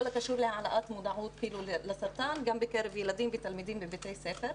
כל מה שקשור להעלאת מודעות לסרטן גם בקרב ילדים ותלמידים בבתי הספר.